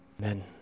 amen